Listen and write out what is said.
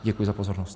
Děkuji za pozornost.